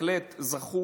בהחלט זכו